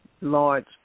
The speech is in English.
large